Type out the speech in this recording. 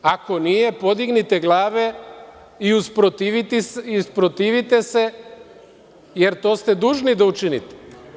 Ako nije, podignite glave i usprotivite se, jer to ste dužni da učinite.